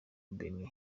benin